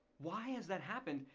why has that happened?